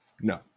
no